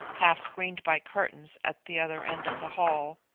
half screened by curtains at the other end of the hall,